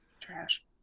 Trash